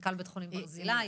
מנכ"ל בית חולים ברזילי.